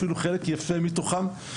אפילו חלק יפה מתוכן.